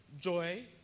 joy